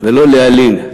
ולא להלין,